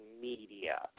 media